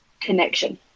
connection